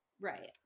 Right